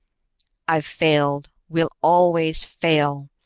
i've failed, we'll always fail.